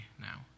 now